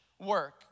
work